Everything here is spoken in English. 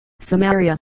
Samaria